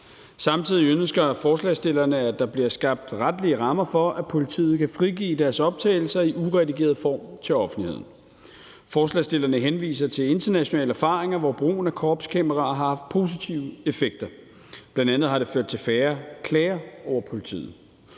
Samtidig ønsker forslagsstillerne, at der bliver skabt retlige rammer for, at politiet kan frigive deres optagelser i uredigeret form til offentligheden. Forslagsstillerne henviser til internationale erfaringer, hvor brugen af kropskameraer har haft positive effekter. Bl.a. har det ført til færre klager over politiet.